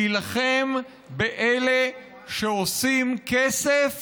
להילחם באלה שעושים כסף